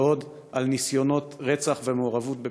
ועוד על ניסיונות רצח ומעורבות בפיגועים.